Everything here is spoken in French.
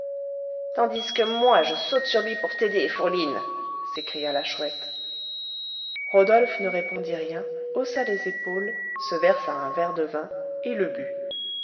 tandis que moi je saute sur lui pour t'aider fourline s'écria la chouette rodolphe ne répondit rien haussa les épaules se versa un verre de vin et le but